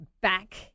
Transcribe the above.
back